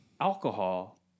alcohol